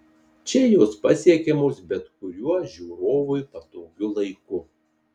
čia jos pasiekiamos bet kuriuo žiūrovui patogiu laiku